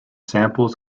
samples